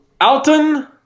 Alton